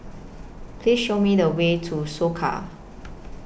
Please Show Me The Way to Soka